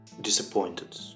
disappointed